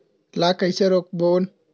ला कइसे रोक बोन?